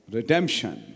redemption